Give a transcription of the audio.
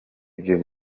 ibyo